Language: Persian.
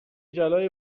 جلای